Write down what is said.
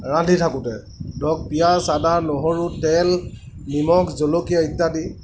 ৰান্ধি থাকোঁতে ধৰক পিয়াঁজ আদা নহৰু তেল নিমখ জলকীয়া ইত্যাদি